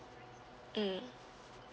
mm